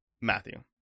Matthew